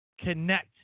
connect